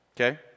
Okay